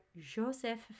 Joseph